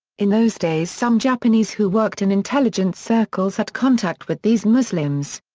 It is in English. in those days some japanese who worked in intelligence circles had contact with these muslims.